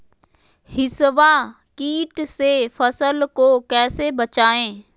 हिसबा किट से फसल को कैसे बचाए?